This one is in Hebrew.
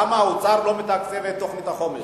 למה האוצר לא מתקצב את תוכנית החומש.